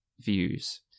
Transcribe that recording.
views